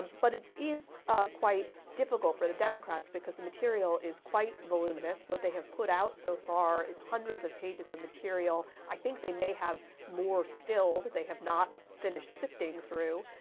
but it is quite difficult for the democrats because the material is quite voluminous. what they have put out so far is hundreds of pages of material. i think they may have more still that they have not finished sifting through.